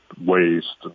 waste